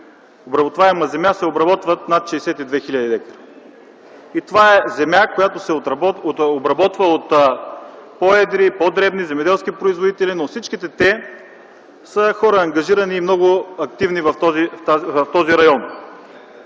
обработваема земя се обработват 62 хил. дка. Това е земя, която се обработва от по-едри и от по-дребни земеделски производители, но всички те са хора, които са ангажирани и много активни в този район.